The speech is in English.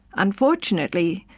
unfortunately,